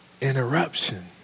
interruption